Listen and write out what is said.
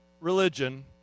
religion